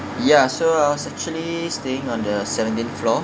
ya so I was actually staying on the seventeenth floor